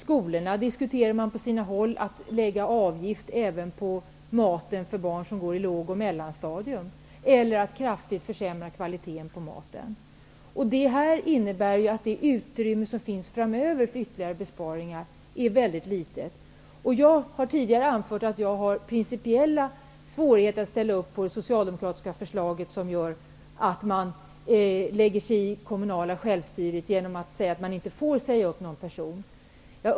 I skolorna diskuterar man på sina håll att lägga avgift på maten även för barn som går på låg och mellanstadium eller att kraftigt försämra kvaliteten på maten. Det innebär att det utrymme som finns för ytterligare besparingar framöver är mycket litet. Jag har tidigare anfört att jag har principiella svårigheter att ställa upp på det socialdemokratiska förslaget. Det innebär att man lägger sig i det kommunala självstyret genom att säga att kommunerna inte får säga upp personal.